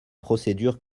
procédures